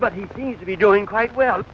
but he seems to be doing quite well